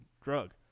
Drug